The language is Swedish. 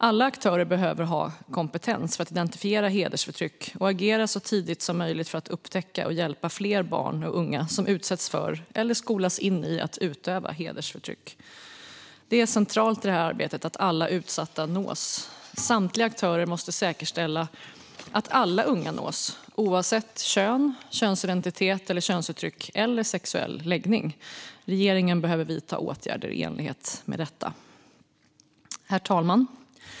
Alla aktörer behöver ha kompetens att identifiera hedersförtryck och agera så tidigt som möjligt för att upptäcka och hjälpa fler barn och unga som utsätts för eller skolas in i att utöva hedersförtryck. Det är centralt i arbetet att alla utsatta nås. Samtliga aktörer måste säkerställa att alla unga nås, oavsett kön, könsidentitet eller könsuttryck eller sexuell läggning. Regeringen behöver vidta åtgärder i enlighet med detta. Herr talman!